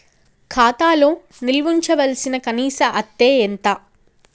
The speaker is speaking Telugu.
ఖాతా లో నిల్వుంచవలసిన కనీస అత్తే ఎంత?